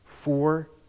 four